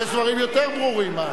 יש דברים יותר ברורים.